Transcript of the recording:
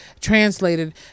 translated